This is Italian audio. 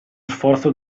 sforzo